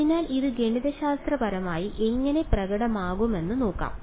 അതിനാൽ ഇത് ഗണിതശാസ്ത്രപരമായി എങ്ങനെ പ്രകടമാകുമെന്ന് നോക്കാം